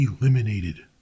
eliminated